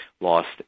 lost